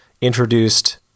introduced